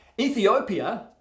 ethiopia